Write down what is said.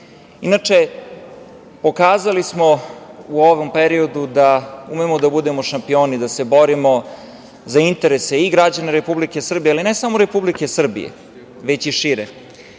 pokazali smo u ovom periodu da umemo da budemo šampioni, da se borimo za interese i građana Republike Srbije, ali ne samo Republike Srbije, već i šire.